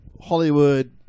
Hollywood